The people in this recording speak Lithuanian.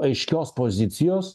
aiškios pozicijos